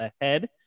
ahead